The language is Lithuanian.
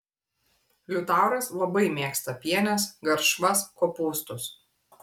liutauras labai mėgsta pienes garšvas kopūstus